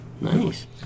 Nice